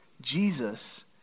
Jesus